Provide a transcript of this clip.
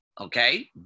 okay